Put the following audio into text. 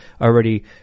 already